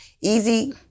easy